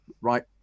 right